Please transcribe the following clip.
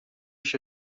się